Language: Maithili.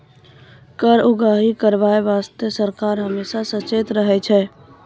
कर उगाही करबाय बासतें सरकार हमेसा सचेत रहै छै